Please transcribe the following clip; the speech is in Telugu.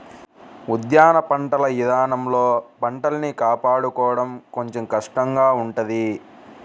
ఉద్యాన పంటల ఇదానంలో పంటల్ని కాపాడుకోడం కొంచెం కష్టంగా ఉంటది